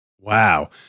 Wow